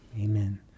Amen